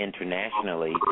internationally